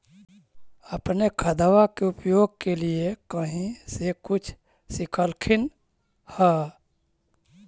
अपने खादबा के उपयोग के लीये कही से कुछ सिखलखिन हाँ?